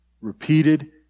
repeated